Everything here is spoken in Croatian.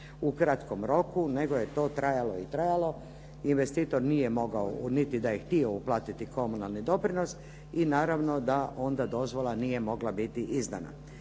u kratkom roku nego je to trajalo i trajalo, investitor nije mogao niti da je htio uplatiti komunalni doprinos i naravno da onda dozvola nije mogla biti izdana.